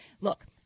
look